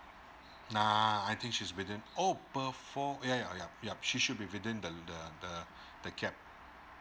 nah I think she's within oh per four yeah yeah yup yup she should be within the the the cap